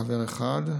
חבר אחד,